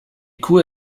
cool